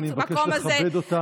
אני מבקש לכבד אותם.